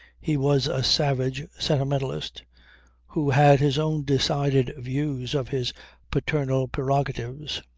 he was a savage sentimentalist who had his own decided views of his paternal prerogatives.